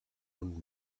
und